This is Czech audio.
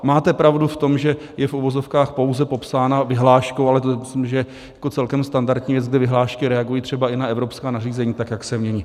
Máte pravdu v tom, že je v uvozovkách pouze popsána vyhláškou, ale myslím, že je celkem standardní, že zde vyhlášky reagují třeba na evropská nařízení, tak jak se mění.